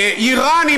איראן,